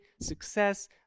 success